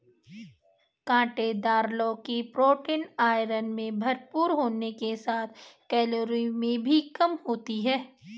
काँटेदार लौकी protein, iron से भरपूर होने के साथ कैलोरी में भी कम होती है